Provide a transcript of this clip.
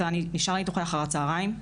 אתה נשאר איתו כל אחר הצהריים.